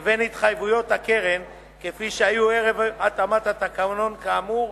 לבין התחייבויות הקרן כפי שהיו ערב התאמת התקנון כאמור,